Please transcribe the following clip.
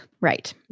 Right